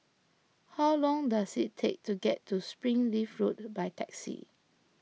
how long does it take to get to Springleaf Road by taxi